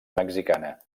mexicana